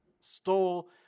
stole